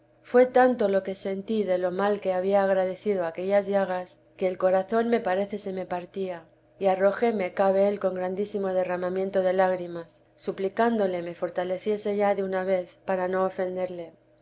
fué tanto lo que sentí de lo mal que había agradecido aquellas llagas que el corazón me parece se me partía y arrójeme cabe él con grandísimo derramamiento de lágrimas suplicándole me fortaleciese ya de una vez para no ofenderle